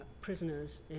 prisoners